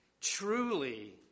Truly